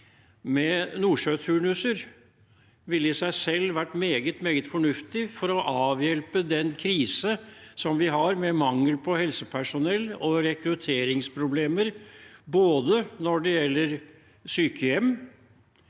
med nordsjøturnuser ville i seg selv vært meget fornuftig, for å avhjelpe den krisen vi har med mangel på helsepersonell og rekrutteringsproblemer. Det gjelder både sykehjem,